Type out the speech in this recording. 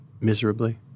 miserably